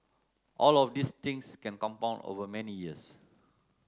all of these things can compound over many years